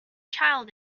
child